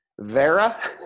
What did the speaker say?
Vera